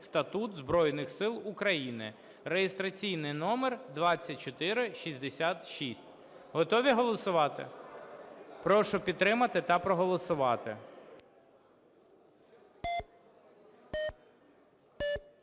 статут Збройних Сил України" (реєстраційний номер 2466). Готові голосувати? Прошу підтримати та проголосувати.